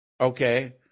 okay